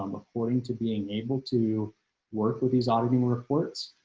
um according to being able to work with these auditing reports,